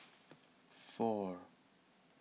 four